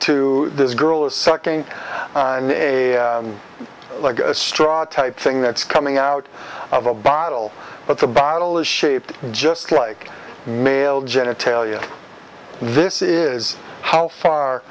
to this girl is sucking on a like a straw type thing that's coming out of a bottle but the bottle is shaped just like male genitalia this is how far